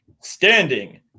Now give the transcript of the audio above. Standing